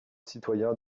citoyens